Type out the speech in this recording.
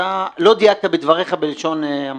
אתה לא דייקת בדבריך, בלשון המעטה.